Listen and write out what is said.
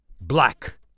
Black